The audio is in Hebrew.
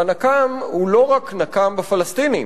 והנקם הוא לא רק נקם בפלסטינים,